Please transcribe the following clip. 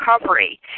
recovery